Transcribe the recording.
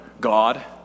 God